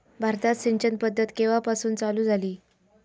भारतात सिंचन पद्धत केवापासून चालू झाली?